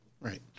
Right